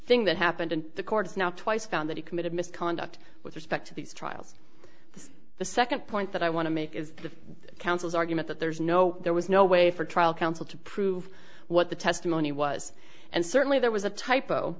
thing that happened and the courts now twice found that he committed misconduct with respect to these trials the second point that i want to make is the counsel's argument that there's no there was no way for trial counsel to prove what the testimony was and certainly there was a typo